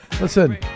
Listen